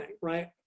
right